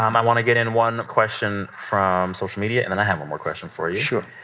um i want to get in one question from social media, and then i have one more question for you sure